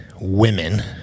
women